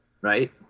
right